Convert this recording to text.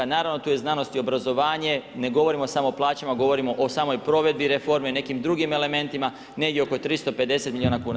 Naravno tu je znanost i obrazovanje, ne govorimo samo o plaćama, govorimo o samoj provedbi reforme, nekim drugim elementima, negdje oko 350 milijuna kuna.